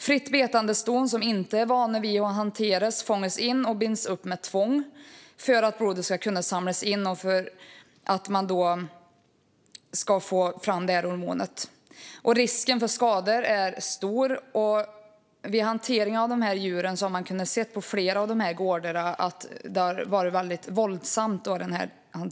Fritt betande ston som inte är vana vid att hanteras fångas in och binds upp med tvång för att blodet ska kunna samlas in och för att man ska få fram detta hormon. Risken för skador är stor. Och vid hantering av dessa djur har man kunnat se på flera av dessa gårdar att denna hantering har varit väldigt våldsam.